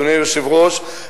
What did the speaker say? אדוני היושב-ראש,